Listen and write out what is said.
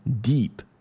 deep